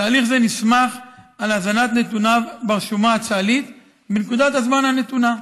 תהליך זה נסמך על הזנת נתוניו ברשומה הצה"לית בנקודת הזמן הנתונה.